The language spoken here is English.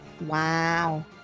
Wow